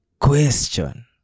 question